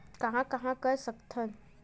कहां कहां कर सकथन?